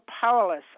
powerless